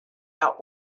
out